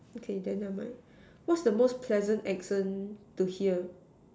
okay then never mind what's the most pleasant accent to hear